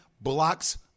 blocks